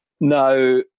Now